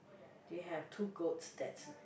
do you have two goats that's